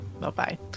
bye-bye